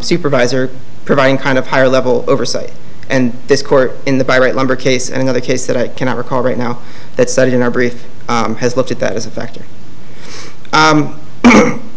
supervisor providing kind of higher level oversight and this court in the pirate number case and another case that i cannot recall right now that said in our brief has looked at that as a factor